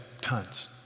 tons